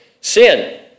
sin